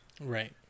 Right